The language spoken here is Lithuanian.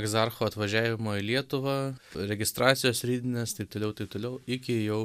egzarcho atvažiavimo į lietuvą registracijos juridinės taip toliau taip toliau iki jau